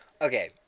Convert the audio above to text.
Okay